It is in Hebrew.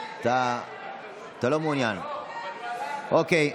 אתה לא מעוניין, אוקיי,